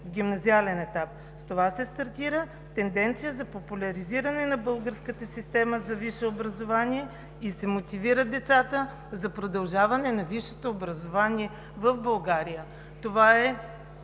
в гимназиален етап. С това се стартира тенденция за популяризиране на българската система за висше образование и се мотивират децата за продължаване на висшето образование в България. Това е